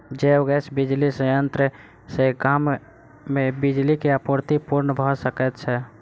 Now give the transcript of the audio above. जैव गैस बिजली संयंत्र सॅ गाम मे बिजली के आपूर्ति पूर्ण भ सकैत छै